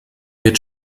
wird